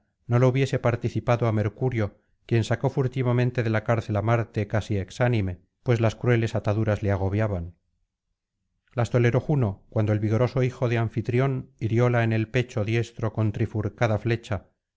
no lo hubiese participado á mercurio quien sacó furtivamente de la cárcel á marte casi exánime pues las crueles ataduras le agobiaban las toleró juno cuando el vigoroso hijo de anfitrión hirióla en el pecho diestro con trifurcada flecha